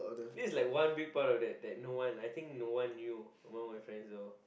this is like one big part of that that no one I think no one knew among my friends though